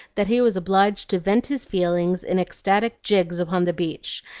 that he was obliged to vent his feelings in ecstatic jigs upon the beach,